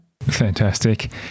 Fantastic